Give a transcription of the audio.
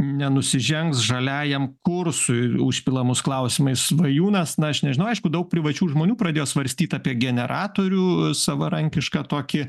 nenusižengs žaliajam kursui užpila mus klausimais svajūnas na aš nežinau aišku daug privačių žmonių pradėjo svarstyt apie generatorių savarankišką tokį